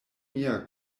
mia